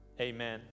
amen